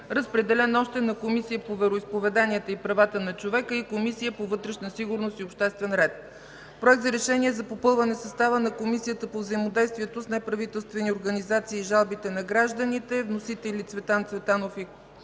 Разпределен е още на Комисия по вероизповеданията и правата на човека и Комисия по вътрешна сигурност и обществен ред. Проект за решение за попълване състава на Комисията по взаимодействието с неправителствени организации и жалбите на гражданите. Вносители – Цветан Цветанов и Красимир